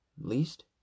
least